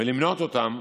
ולמנות אותם,